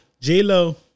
J-Lo